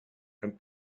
and